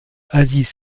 aziz